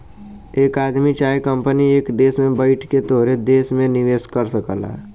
एक आदमी चाहे कंपनी एक देस में बैइठ के तोहरे देस मे निवेस कर सकेला